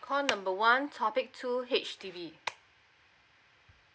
call number one topic two H_D_B